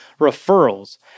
referrals